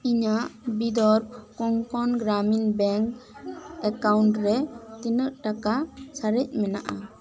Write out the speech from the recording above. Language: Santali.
ᱤᱧᱟ ᱜ ᱵᱤᱫᱚᱨ ᱠᱚᱝ ᱠᱚᱱ ᱜᱨᱟᱢᱤᱱ ᱵᱮᱝᱠ ᱮᱠᱟᱣᱩᱱᱴ ᱨᱮ ᱛᱤᱱᱟᱜ ᱴᱟᱠᱟ ᱥᱟᱨᱮᱡ ᱢᱮᱱᱟᱜᱼᱟ